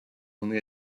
only